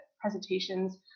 presentations